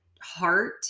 heart